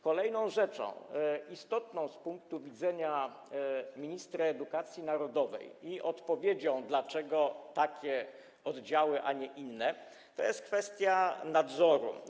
Kolejną rzeczą istotną z punktu widzenia ministra edukacji narodowej i odpowiedzią na pytanie, dlaczego takie oddziały, a nie inne, jest kwestia nadzoru.